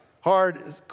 Hard